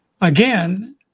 again